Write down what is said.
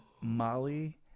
molly